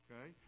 okay